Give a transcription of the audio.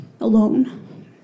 alone